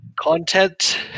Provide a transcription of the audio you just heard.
content